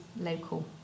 local